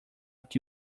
que